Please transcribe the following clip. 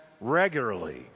regularly